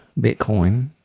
bitcoin